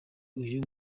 uyu